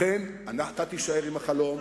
לכן אתה תישאר עם החלום,